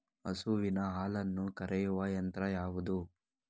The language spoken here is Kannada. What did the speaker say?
ಹಸುವಿನ ಹಾಲನ್ನು ಕರೆಯುವ ಯಂತ್ರ ಯಾವುದು?